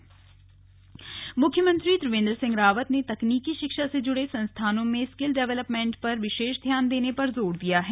slug समीक्षा बैठक मुख्यमंत्री त्रिवेंद्र सिंह रावत ने तकनीकि शिक्षा से जुड़े संस्थानों में स्किल डेवलपमेंट पर विशेष ध्यान देने पर जोर दिया है